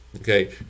Okay